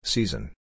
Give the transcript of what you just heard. Season